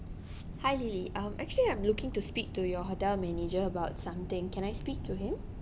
hi lily um actually I'm looking to speak to your hotel manager about something can I speak to him